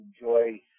enjoy